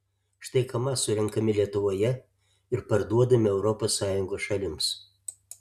štai kamaz surenkami lietuvoje ir parduodami europos sąjungos šalims